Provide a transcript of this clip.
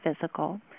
physical